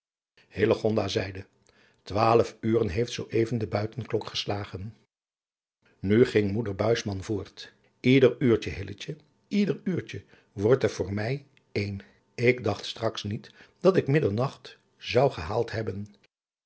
zeide twaalf uren heeft zoo even de buiten klok geslagen nu ging moeder buisman voort ieder uurtje hilletje ieder uurtje wordt er voor mij één ik dacht straks niet dat ik middernacht zou gehaald hebben